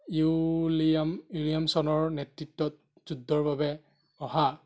William উইলিয়ামছনৰ নেতৃত্বত যুদ্ধৰ বাবে অহা